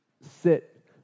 sit